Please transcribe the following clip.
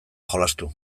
jolastu